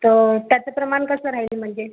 तर त्याचं प्रमाण कसं राहील म्हणजे